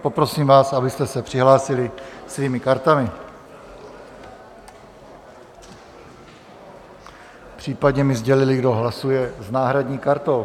Poprosím vás, abyste se přihlásili svými kartami, případně mi sdělili, kdo hlasuje s náhradní kartou.